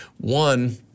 One